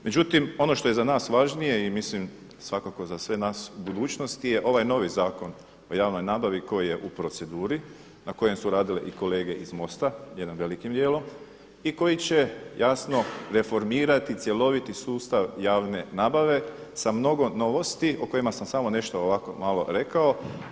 Međutim, ono što je za nas važnije i mislim svakako za sve nas u budućnosti je ovaj novi Zakon o javnoj nabavi koji je u proceduri na kojem su radile i kolege iz MOST-a, jednim velikim dijelom i koji će jasno reformirati cjeloviti sustav javne nabave sa mnogo novosti o kojima sam samo nešto ovako malo rekao.